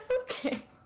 Okay